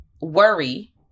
worry